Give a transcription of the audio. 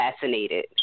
fascinated